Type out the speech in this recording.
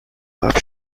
baw